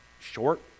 Short